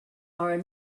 are